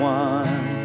one